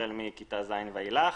החל מכיתה ז' ואילך.